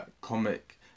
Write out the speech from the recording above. comic